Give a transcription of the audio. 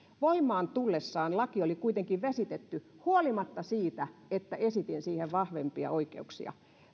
voimaan tullessaan laki oli kuitenkin vesitetty huolimatta siitä että esitin siihen vahvempia oikeuksia